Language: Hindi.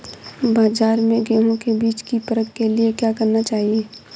बाज़ार में गेहूँ के बीज की परख के लिए क्या करना चाहिए?